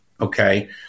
okay